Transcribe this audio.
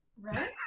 right